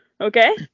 Okay